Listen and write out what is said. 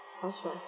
housewife